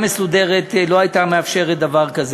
מסודרת לא הייתה מאפשרת דבר כזה?